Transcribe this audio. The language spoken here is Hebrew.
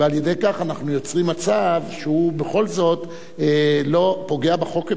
ועל-ידי כך אנחנו יוצרים מצב שהוא בכל זאת פוגע בחוק,